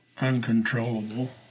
uncontrollable